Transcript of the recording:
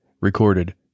recorded